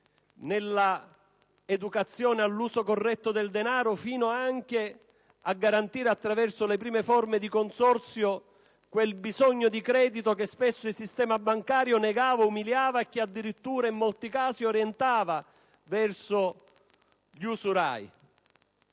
dall'educazione all'uso corretto del denaro fino a garantire, attraverso le prime forme di consorzio, quel bisogno di credito che spesso il sistema bancario negava, umiliava e addirittura, in molti casi, orientava verso gli usurai.